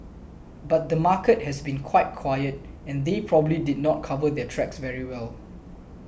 but the market has been quite quiet and they probably did not cover their tracks very well